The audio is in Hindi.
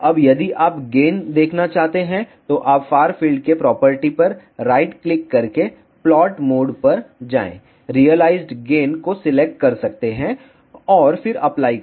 अब यदि आप गेन देखना चाहते हैं तो आप फार फील्ड के प्रॉपर्टी पर राइट क्लिक करके प्लॉट मोड पर जाएं रिअलाइज्ड गेन को सिलेक्ट कर सकते हैं और फिर अप्लाई करें